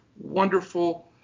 Wonderful